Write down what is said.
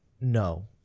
No